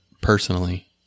Personally